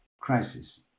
crisis